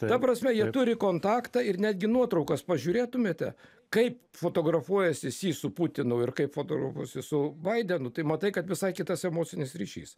ta prasme jie turi kontaktą ir netgi nuotraukas pažiūrėtumėte kaip fotografuojasi si su putinu ir kaip fotografuojasi su baidenu tai matai kad visai kitas emocinis ryšys